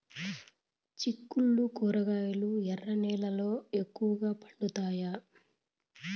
చిక్కుళ్లు కూరగాయలు ఎర్ర నేలల్లో ఎక్కువగా పండుతాయా